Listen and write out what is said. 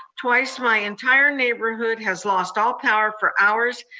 twice my entire neighborhood has lost all power for hours,